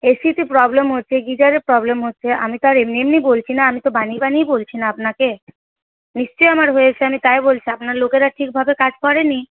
এসিতে প্রবলেম হচ্ছে গিজারে প্রবলেম হচ্ছে আমি তো আর এমনি এমনি বলছি না আমি তো বানিয়ে বানিয়ে বলছি না আপনাকে নিশ্চই আমার হয়েছে আমি তাই বলছি আপনাকে লোকেরা ঠিকভাবে কাজ করেনি